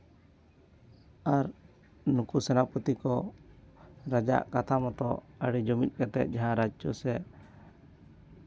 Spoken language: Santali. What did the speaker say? ᱟᱨ ᱱᱩᱠᱩ ᱥᱮᱱᱟᱯᱚᱛᱤ ᱠᱚ ᱨᱟᱡᱟᱣᱟᱜ ᱠᱟᱛᱷᱟ ᱢᱚᱛᱚ ᱟᱹᱰᱤ ᱡᱩᱢᱤᱫ ᱠᱟᱛᱮᱫ ᱡᱟᱦᱟᱸ ᱨᱟᱡᱽᱡᱚ ᱥᱮ